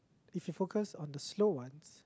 if you focus on the slow ones